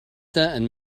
and